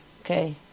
Okay